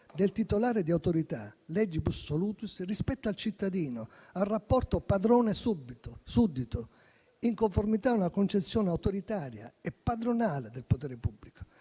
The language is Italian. del titolare di autorità, *legibus solutus*, rispetto al cittadino, ad un rapporto tra padrone e suddito, in conformità a una concezione autoritaria e padronale del potere pubblico.